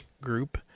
group